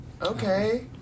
Okay